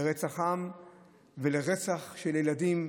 לרצח עם ולרצח של ילדים,